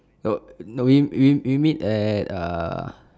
oh no we we meet at uh